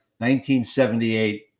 1978